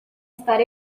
estar